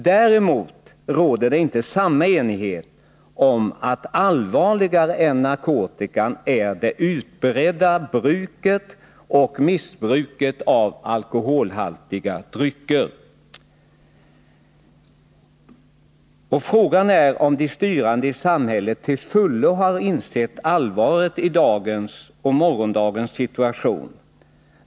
Däremot råder det inte samma enighet om att allvarligare än narkotikaproblemet är det utbredda bruket och missbruket av alkoholhaltiga drycker. Frågan är om de styrande i samhället till fullo har insett allvaret i dagens och morgondagens situation.